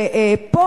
פה,